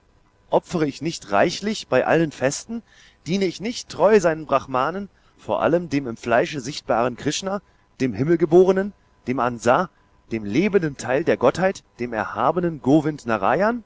opfere ich nicht reichlich bei allen festen diene ich nicht treu seinen brahmanen vor allem dem im fleische sichtbaren krishna dem himmelgeborenen dem ansa dem lebenden teil der gottheit dem erhabenen govind